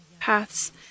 Paths